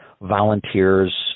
volunteers